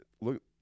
look